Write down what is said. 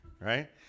Right